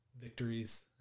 Victories